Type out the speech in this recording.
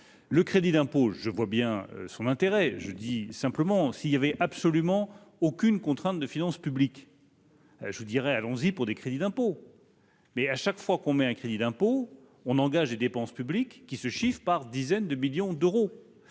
le crédit d'impôt, je vois bien son intérêt, je dis simplement : si il y avait absolument aucune contrainte de finances publiques. Je vous dirais, allons-y pour des crédits d'impôt. Mais à chaque fois qu'on met un crédit d'impôt, on engage des dépenses publiques qui se chiffre par dizaines de millions d'euros,